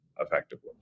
Effectively